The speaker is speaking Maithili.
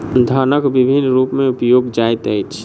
धनक विभिन्न रूप में उपयोग जाइत अछि